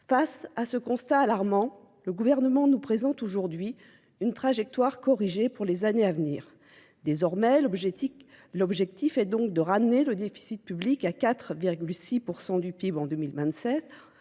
Face à ce constat alarmant, le gouvernement nous présente aujourd'hui une trajectoire corrigée pour les années à venir. Désormais, l'objectif est donc de ramener le déficit public à 4,6% du PIB en 2026,